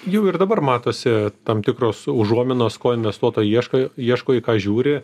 jau ir dabar matosi tam tikros užuominos ko investuotojai ieško ieško į ką žiūri